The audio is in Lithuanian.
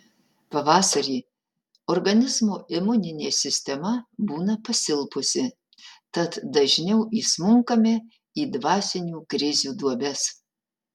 pavasarį organizmo imuninė sistema būna pasilpusi tad dažniau įsmunkame į dvasinių krizių duobes